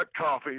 coffee